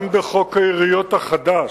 גם בחוק העיריות החדש,